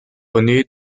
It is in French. rené